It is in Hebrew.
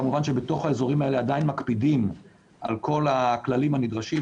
כמובן שבתוך האזורים האלה עדיין מקפידים על כל הכללים הנדרשים,